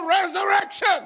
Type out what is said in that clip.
resurrection